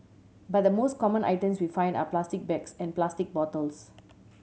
but the most common items we find are plastic bags and plastic bottles